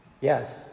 Yes